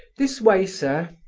this way, sir.